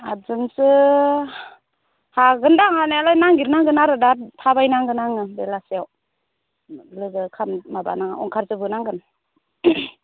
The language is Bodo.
आठ जोनसो हागोनदां हानायालाय नागिरनांगोन आरो थाबायनांगोन आङो बेलासेआव ओंखारनांगोन